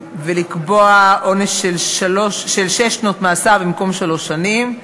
ולקבוע עונש של שש שנות מאסר במקום שלוש שנים,